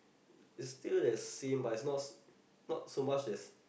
it's still the same but it's not not so much that's